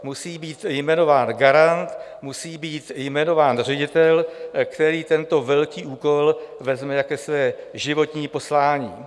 Musí být jmenován garant, musí být jmenován ředitel, který tento velký úkol vezme jako své životní poslání.